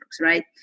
right